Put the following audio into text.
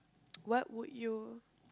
what would you